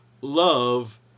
Love